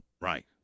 Right